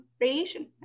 radiation